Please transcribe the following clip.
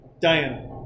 Diana